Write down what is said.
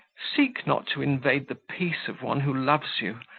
seek not to invade the peace of one who loves you,